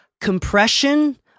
compression